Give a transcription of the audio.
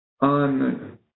on